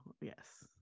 yes